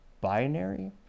binary